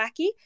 wacky